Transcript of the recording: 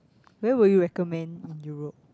where will you recommend in Europe